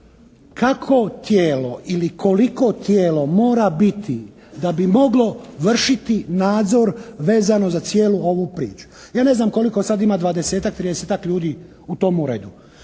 kako tijelo ili koliko tijelo mora biti da bi moglo vršiti nadzor vezano za cijelu ovu priču. Ja ne znam koliko sad ima dvadesetak, tridesetak